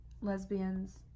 lesbians